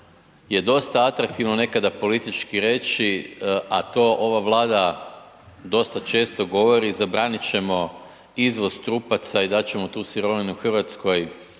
je dosta atraktivno nekada politički reći, a to ova Vlada dosta često govori, zabranit ćemo izvoz trupaca i dat ćemo tu sirovinu hrvatskoj